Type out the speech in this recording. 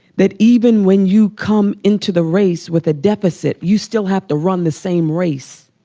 that even when you come into the race with a deficit you still have to run the same race.